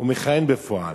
הוא מכהן בפועל,